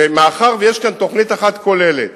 ומאחר שיש תוכנית אחת כוללת,